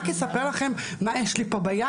אבל אני רק אספר לכם מה יש לי פה ביד,